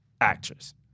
actress